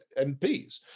MPs